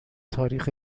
تاریخ